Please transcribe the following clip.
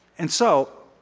and so